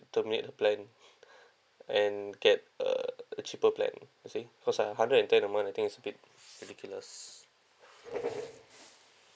terminate her plan and get uh a cheaper plan you see cause a hundred and ten a month I think is a bit ridiculous